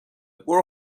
برو